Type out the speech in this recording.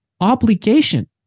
obligation